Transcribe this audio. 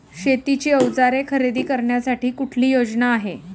शेतीची अवजारे खरेदी करण्यासाठी कुठली योजना आहे?